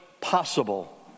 possible